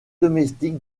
domestique